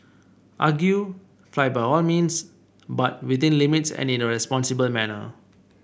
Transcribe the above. argue flight by all means but within limits and in a responsible manner